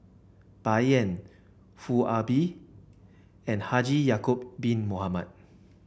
Bai Yan Foo Ah Bee and Haji Ya'acob Bin Mohamed